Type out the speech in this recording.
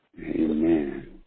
Amen